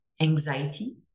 anxiety